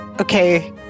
okay